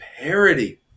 parody